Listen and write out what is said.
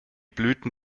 blüten